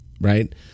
right